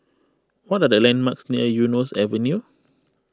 what are the landmarks near Eunos Avenue